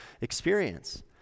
experience